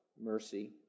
mercy